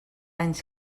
anys